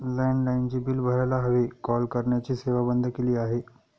लँडलाइनचे बिल भरायला हवे, कॉल करण्याची सेवा बंद केली आहे